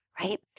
right